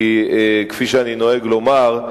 כי כפי שאני נוהג לומר,